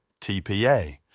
TPA